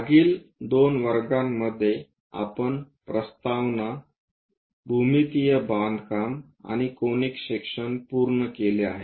मागील दोन वर्गांमध्ये आपण प्रस्तावना भूमितीय बांधकाम आणि कोनिक सेकशन पूर्ण केले आहे